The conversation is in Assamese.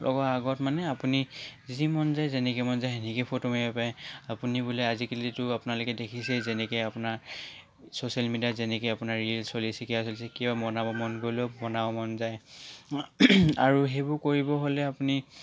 লগৰ আগত মানে আপুনি যি মন যায় যেনেকৈ মন যায় সেনেকৈয়ে ফটো মাৰিব পাৰে আৰু আপুনি বোলে আজিকালিতো আপোনালোকে দেখিছেই যেনেকৈ আপোনাৰ ছ'চিয়েল মিডিয়াৰ যেনেকৈ আপোনাৰ ৰিল চলি আছে কিবা চলি আছে কিবা বনাব মন গ'লেও বনাব মন যায় আৰু সেইবোৰ কৰিব হ'লে আপুনি